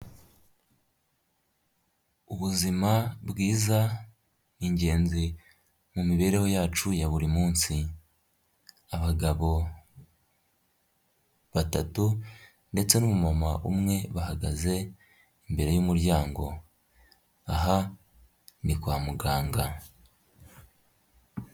Ubuzima bwiza ni ingenzi mu mibereho yacu ya buri munsi, abagabo batatu ndetse n'umumama umwe bahagaze imbere y'umuryango, aha ni kwa muganga.